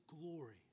glory